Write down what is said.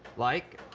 like,